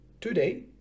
Today